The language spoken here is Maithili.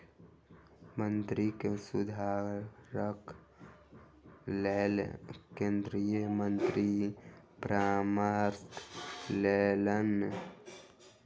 मौद्रिक सुधारक लेल केंद्रीय मंत्री परामर्श लेलैन